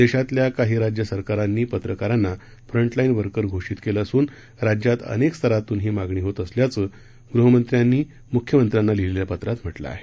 देशातल्या काही राज्य सरकारांनी पत्रकारांना फ्रंटलाईन वर्कर घोषित केलं असून राज्यात अनेक स्तरातून ही मागणी होत असल्याचं गृहमंत्र्यांनी मुख्यमंत्र्यांना लिहिलेल्या पत्रात म्हटलं आहे